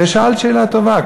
הרי שאלת שאלה טובה.